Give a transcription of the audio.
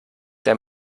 der